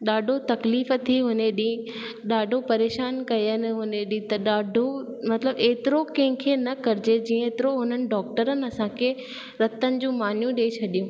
ॾाढो तकलीफ़ थी उन ॾींहुं ॾाढो परेशान कनि हुन ॾींहुं त ॾाढो मतिलबु त एतिरो कंहिंखे न कजे जेतिरो उन्हनि डॉक्टरनि असांखे रतन जूं मानियूं ॾई छॾियूं